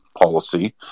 Policy